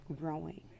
growing